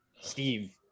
Steve